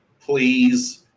please